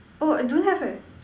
oh I don't have eh